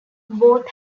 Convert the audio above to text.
both